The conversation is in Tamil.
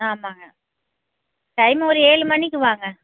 ஆமாங்க டைம் ஒரு ஏழு மணிக்கு வாங்க